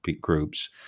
groups